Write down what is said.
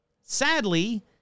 Sadly